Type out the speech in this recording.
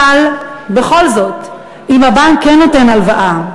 אבל בכל זאת, אם הבנק כן נותן הלוואה?